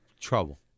trouble